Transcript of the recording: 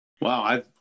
Wow